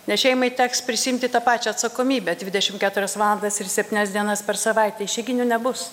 nes šeimai teks prisiimti tą pačią atsakomybę dvidešim keturias valandas ir septynias dienas per savaitę išeiginių nebus